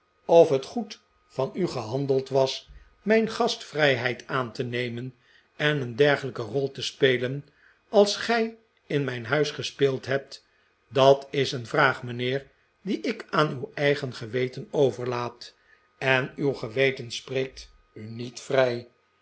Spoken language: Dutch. of het goed van u gehandeld was mijn gastvrijheid aan te nemen en een dergelijke rol te spelen als gij in mijn huis gespeeld hebt dat is een vraag mijnheer die ik aan uw eigen geweten overlaat en uw geweten spreekt u niet vrij